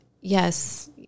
yes